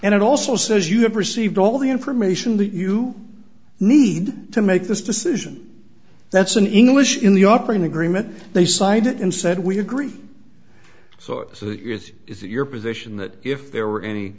and it also says you have received all the information that you need to make this decision that's an english in the operating agreement they signed it and said we agree so is it yours is it your position that if there were any